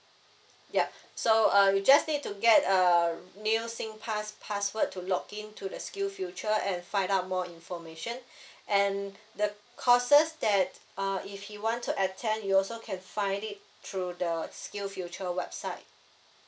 yup so uh you just need to get a new sing pass password to login to the skill future and find out more information and the causes that err if you want to attend you also can find it through the skill future website